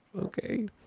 okay